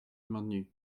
maintenu